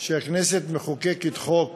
שהכנסת מחוקקת חוק